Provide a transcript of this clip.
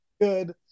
good